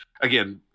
again